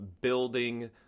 building